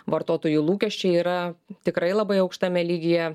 vartotojų lūkesčiai yra tikrai labai aukštame lygyje